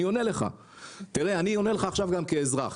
אני עונה לך עכשיו כבר כאזרח.